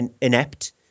inept